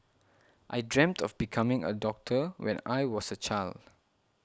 I dreamt of becoming a doctor when I was a child